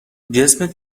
جسمت